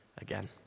again